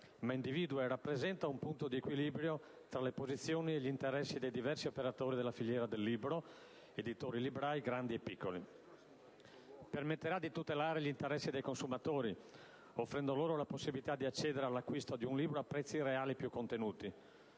Essa individua e rappresenta un punto di equilibrio tra le posizioni e gli interessi dei diversi operatori della filiera del libro, editori e librai, grandi e piccoli. Permetterà di tutelare gli interessi dei consumatori, offrendo loro la possibilità di accedere all'acquisto di un libro a prezzi reali più contenuti.